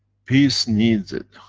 peace needs it.